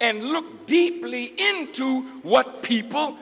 and look deeply into what people